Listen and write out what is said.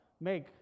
Make